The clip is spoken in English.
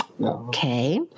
okay